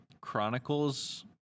Chronicles